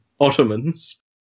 Ottomans